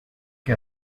que